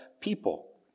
people